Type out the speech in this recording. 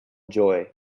joy